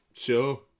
Sure